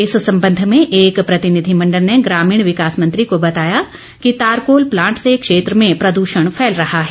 इस संबंध में एक प्रतिनिधि मण्डल ने ग्रामीण विकास मंत्री को बताया कि तारकोल प्लांट से क्षेत्र में प्रदूषण फैल रहा है